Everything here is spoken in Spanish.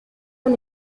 van